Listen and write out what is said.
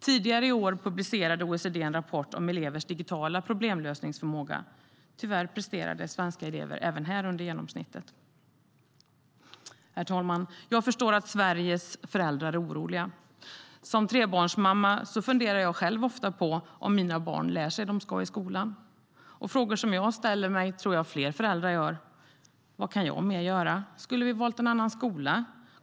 Tidigare i år publicerade OECD en rapport om elevers digitala problemlösningsförmåga. Tyvärr presterade svenska elever även här under genomsnittet. Herr talman! Jag förstår att Sveriges föräldrar är oroliga. Som trebarnsmamma funderar jag själv ofta på om mina barn lär sig det de ska i skolan. De frågor jag ställer mig tror jag att många föräldrar ställer sig: Vad kan jag mer göra? Skulle vi ha valt en annan skola?